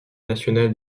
nationale